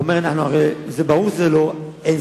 הוא אומר: הרי ברור שזה לא אין-סופי,